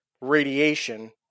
radiation